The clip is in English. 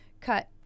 cut